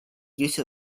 use